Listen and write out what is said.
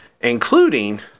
including